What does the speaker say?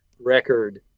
record